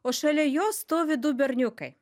o šalia jo stovi du berniukai